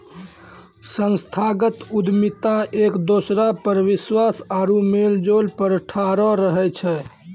संस्थागत उद्यमिता एक दोसरा पर विश्वास आरु मेलजोल पर ठाढ़ो रहै छै